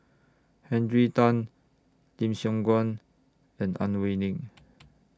Henry Tan Lim Siong Guan and Ang Wei Neng